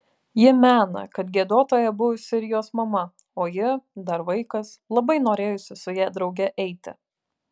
ji mena kad giedotoja buvusi ir jos mama o ji dar vaikas labai norėjusi su ja drauge eiti